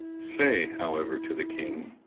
say, however, to the king,